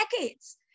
decades